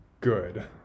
good